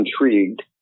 intrigued